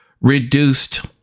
reduced